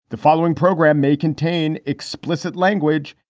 the following program may contain explicit language